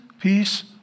peace